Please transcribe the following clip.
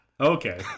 okay